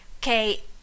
okay